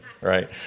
right